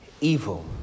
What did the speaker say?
evil